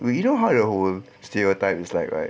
you know how the whole stereotype is like right